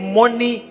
money